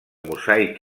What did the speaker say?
mosaic